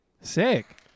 Sick